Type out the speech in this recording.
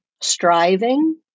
striving